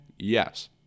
Yes